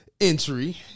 entry